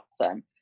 awesome